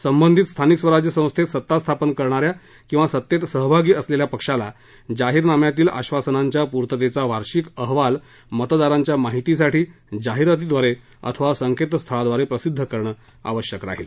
संबंधित स्थानिक स्वराज्य संस्थेत सत्ता स्थापन करणाऱ्या किंवा सत्तेत सहभागी असलेल्या पक्षास जाहीरनाम्यातील आधासनांच्या पूर्ततेचा वार्षिक अहवाल मतदारांच्या माहितीसाठी जाहिरातीब्रारे अथवा संकेतस्थळाब्रारे प्रसिद्ध करणे आवश्यक राहील